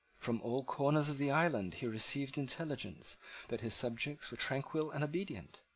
from all corners of the island he received intelligence that his subjects were tranquil and obedient.